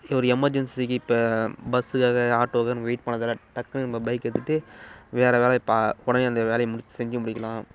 ஒரு எமர்ஜென்சிக்கு இப்போ பஸ்ஸுக்காக ஆட்டோக்குனு நம்ம வெயிட் பண்ண தேவேல டக்குனு நம்ம பைக் எடுத்துகிட்டு வேறு வேலை ப போன அந்த வேலையை முடிச்சு செஞ்சு முடிக்கலாம்